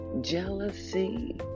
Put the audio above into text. jealousy